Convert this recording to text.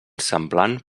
semblant